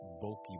bulky